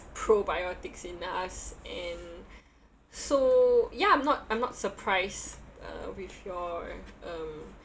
probiotics in us and so ya I'm not I'm not surprised uh with your um